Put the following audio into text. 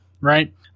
right